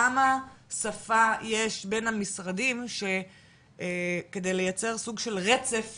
כמה שפה יש בין המשרדים כדי לייצר סוג של רצף